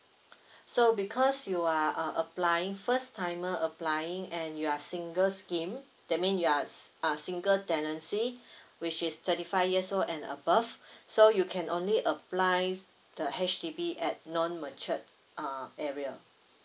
so because you are uh applying first timer applying and you are singles game that mean you are s~ uh single tenancy which is thirty five years old and above so you can only apply the H_D_B at non matured uh area